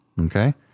Okay